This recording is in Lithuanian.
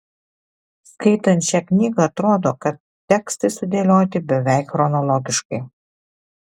skaitant šią knygą atrodo kad tekstai sudėlioti beveik chronologiškai